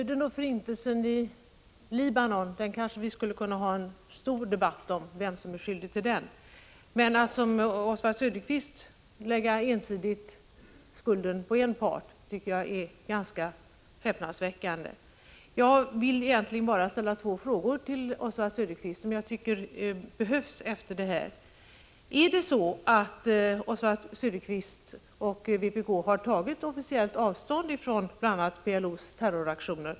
Herr talman! Vi skulle kunna ha en stor debatt om vem som är skyldig till förintelsen i Libanon. Att som Oswald Söderqvist ensidigt lägga skulden på en part är ganska häpnadsväckande. Jag vill egentligen bara ställa två frågor till Oswald Söderqvist — efter den här diskussionen tycker jag att de behöver ställas. Har Oswald Söderqvist och vpk tagit officiellt avstånd från bl.a. PLO:s terroraktioner?